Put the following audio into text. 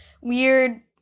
weird